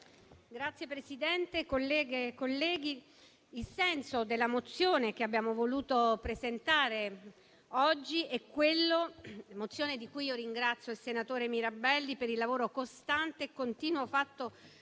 Signor Presidente, colleghe e colleghi, il senso della mozione che abbiamo voluto presentare oggi, a proposito della quale ringrazio il senatore Mirabelli per il lavoro costante e continuo fatto